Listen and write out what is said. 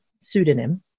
pseudonym